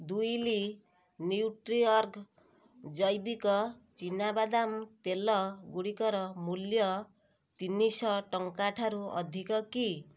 ଦୁଇ ଲି ନ୍ୟୁଟ୍ରିଅର୍ଗ ଜୈବିକ ଚୀନାବାଦାମ ତେଲଗୁଡ଼ିକର ମୂଲ୍ୟ ତିନିଶହ ଟଙ୍କା ଠାରୁ ଅଧିକ କି